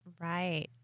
Right